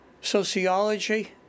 sociology